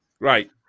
right